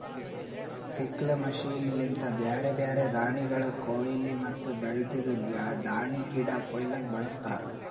sickle machine ಲಿಂತ ಬ್ಯಾರೆ ಬ್ಯಾರೆ ದಾಣಿಗಳ ಕೋಯ್ಲಿ ಮತ್ತ ಬೆಳ್ದಿದ್ ದಾಣಿಗಿಡ ಕೊಯ್ಲುಕ್ ಬಳಸ್ತಾರ್